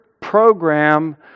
program